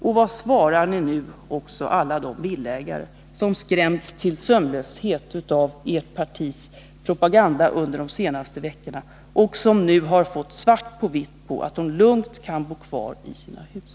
Och vad svarar ni nu också alla de villaägare som skrämts till sömnlöshet av ert partis propaganda under de senaste veckorna och som nu har fått svart på vitt på att de lugnt kan bo kvar i sina hus?